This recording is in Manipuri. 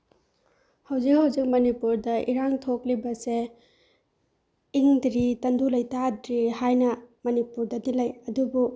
ꯍꯧꯖꯤꯛ ꯍꯧꯖꯤꯛ ꯃꯅꯤꯄꯨꯔꯗ ꯏꯔꯥꯡ ꯊꯣꯛꯂꯤꯕꯁꯦ ꯏꯪꯗ꯭ꯔꯤ ꯇꯪꯗꯨ ꯂꯩꯇꯥꯗ꯭ꯔꯤ ꯍꯥꯏꯅ ꯃꯅꯤꯄꯨꯔꯗꯗꯤ ꯂꯩ ꯑꯗꯨꯕꯨ